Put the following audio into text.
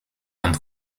gaan